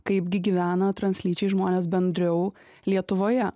kaipgi gyvena translyčiai žmonės bendriau lietuvoje